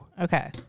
Okay